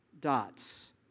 dots